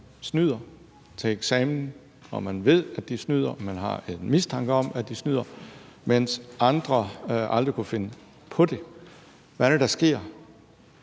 snyder til eksamen, og når man ved, at de snyder, eller man har en mistanke om, at de snyder, mens andre aldrig kunne finde på det? Hvad er det, der sker?